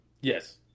Yes